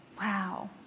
Wow